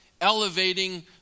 elevating